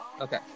Okay